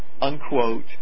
unquote